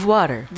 Water